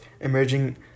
emerging